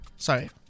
Sorry